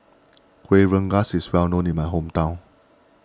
Kueh Rengas is well known in my hometown